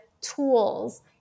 tools